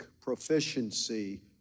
proficiency